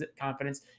confidence